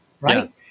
Right